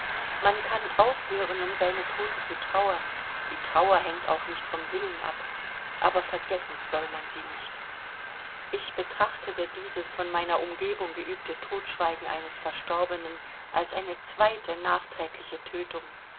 man kann aufhören um seine toten zu trauern die trauer hängt auch nicht vom willen ab aber vergessen soll man sie nicht ich betrachtete dieses von meiner umgebung geübte todschweigen eines verstorbenen als eine zweite nachträgliche tötung